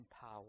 power